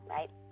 Right